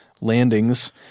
landings